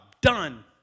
done